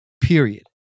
Period